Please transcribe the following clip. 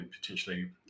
potentially